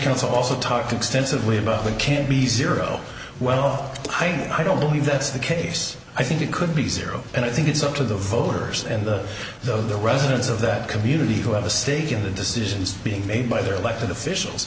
counsel also talked extensively about what can be zero well i don't believe that's the case i think it could be zero and i think it's up to the voters and the the residents of that community to have a stake in the decisions being made by their elected officials